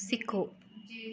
सिक्खो